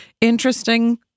interesting